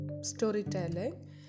storytelling